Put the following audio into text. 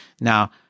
Now